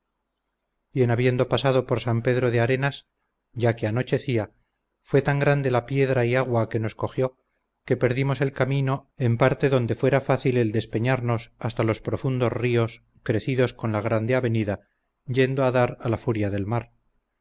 y en habiendo pasado por san pedro de arenas ya que anochecía fue tan grande la piedra y agua que nos cogió que perdimos el camino en parte donde fuera fácil el despeñarnos hasta los profundos ríos crecidos con la grande avenida yendo a dar a la furia del mar